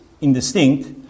indistinct